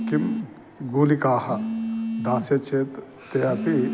किं गोलिकाः दास्यति चेत् ते अपि